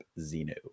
Zeno